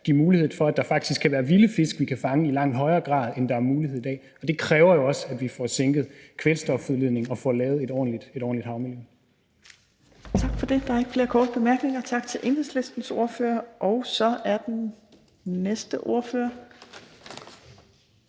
give mulighed for, at der faktisk kan være vilde fisk, vi kan fange i langt højere grad, end det er muligt i dag. Det kræver jo også, at vi får sænket kvælstofudledningen og får lavet et ordentligt havmiljø. Kl. 17:45 Fjerde næstformand (Trine Torp): Tak for det. Der er ikke flere korte bemærkninger. Tak til Enhedslistens ordfører, og så er næste ordfører